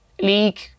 league